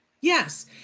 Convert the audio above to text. Yes